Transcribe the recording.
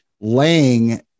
laying